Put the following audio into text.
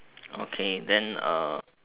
okay then uh